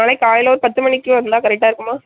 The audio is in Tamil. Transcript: நாளைக்கு காலையில் ஒரு பத்து மணிக்கு வந்தால் கரெக்டாக இருக்குமா